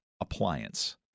appliance